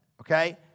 Okay